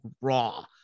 raw